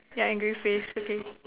yeah angry face okay